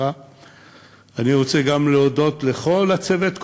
אני רוצה גם להודות לכל הצוות,